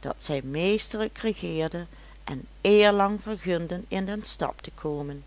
dat zij meesterlijk regeerde en eerlang vergunde in den stap te komen